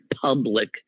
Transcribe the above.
public